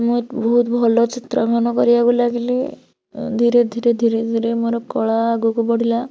ମୁଁ ବହୁତ ଭଲ ଚିତ୍ରାଙ୍କନ କରିବାକୁ ଲାଗିଲି ଧିରେ ଧିରେ ଧିରେ ଧିରେ ମୋର କଳା ଆଗକୁ ବଢ଼ିଲା